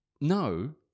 No